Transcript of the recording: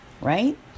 right